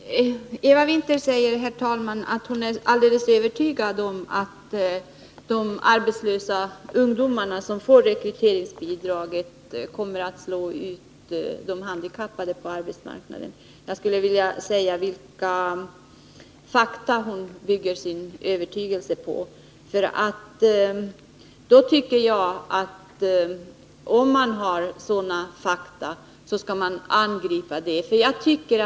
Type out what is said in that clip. Herr talman! Eva Winther säger att hon är helt övertygad om att de arbetslösa ungdomarna som får rekryteringsbidraget kommer att slå ut de handikappade på arbetsmarknaden. Jag skulle vilja veta vilka fakta hon bygger sin övertygelse på. Jag tycker nämligen att om man har sådana fakta att stödja sig på, skall man angripa det som är fel.